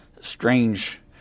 strange